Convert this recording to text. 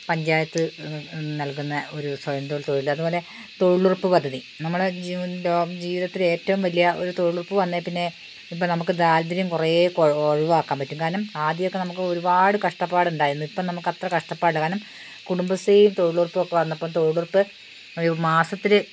പഞ്ചായത്ത് നൽകുന്നത് ഒരു സ്വയംതൊഴിൽ തൊഴിൽ അതുപോലെ തൊഴിലുറപ്പ് പദ്ധതി നമ്മുടെ ജീവിതത്തിലേറ്റവും വലിയ ഒരു തൊഴിലുറപ്പ് വന്നതിൽപ്പിന്നെ ഇപ്പോൾ നമുക്ക് ദാരിദ്ര്യം കുറേ ഒഴിവാക്കാൻ പറ്റും കാരണം ആദ്യമൊക്കെ നമ്മൾക്ക് ഒരുപാട് കഷ്ടപ്പാടുണ്ടായിരുന്നു ഇപ്പോൾ നമുക്ക് അത്ര കഷ്ടപ്പാടില്ല കാരണം കുടുംബശ്രീയും തൊഴിലുറപ്പും ഒക്കെ വന്നപ്പം തൊഴിലുറപ്പ് ഒരു മാസത്തിൽ